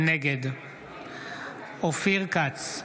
נגד אופיר כץ,